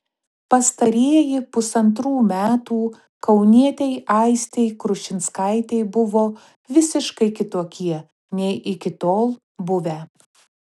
pastarieji pusantrų metų kaunietei aistei krušinskaitei buvo visiškai kitokie nei iki tol buvę